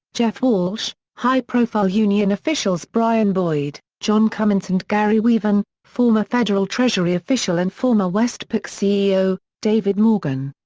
geoff walsh, high profile union officials brian boyd, john cummins and garry weaven, former federal treasury official and former westpac ceo, david morgan.